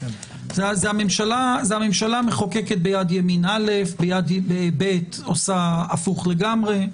זה הממשלה מחוקקת ביד ימין דבר אחד וביד שמאל עושה הפוך לגמרי.